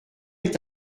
est